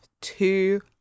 two